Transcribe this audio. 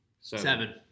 Seven